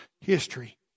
history